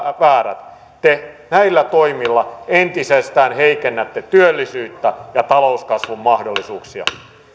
väärät te näillä toimilla entisestään heikennätte työllisyyttä ja talouskasvun mahdollisuuksia